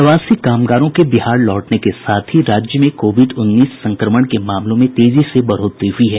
प्रवासी कामगारों के बिहार लौटने के साथ ही राज्य में कोविड उन्नीस संक्रमण के मामलों में तेजी से बढ़ोतरी हुई है